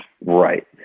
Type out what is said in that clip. Right